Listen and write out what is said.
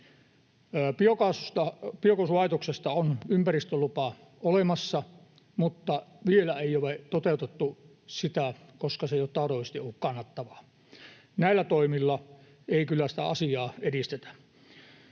Biokaasulaitoksesta on ympäristölupa olemassa, mutta vielä sitä ei ole toteutettu, koska se ei ole ollut taloudellisesti kannattavaa. Näillä toimilla ei kyllä sitä asiaa edistetä.